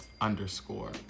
underscore